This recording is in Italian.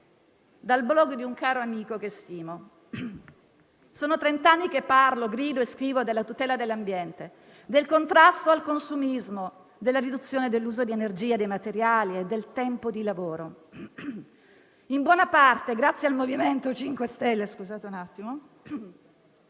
Dal *blog* di un caro amico che stimo: sono trent'anni che parlo, grido e scrivo della tutela dell'ambiente, del contrasto al consumismo, della riduzione dell'uso di energia, dei materiali e del tempo di lavoro. In buona parte, grazie al MoVimento 5 Stelle,